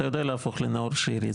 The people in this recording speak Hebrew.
אתה יודע להפוך לנאור שירי.